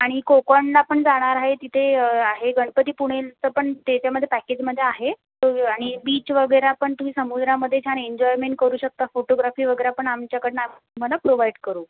आणि कोकणला पण जाणार आहे तिथे आहे गणपतीपुळेचं पण त्याच्यामध्ये पॅकेजमध्ये आहे आणि बीच वगैरे पण तुम्ही समुद्रामध्ये छान एन्जॉयमेंट करू शकता फोटोग्राफी वगैरे पण आमच्याकडून आ तुम्हाला प्रोव्हाइड करू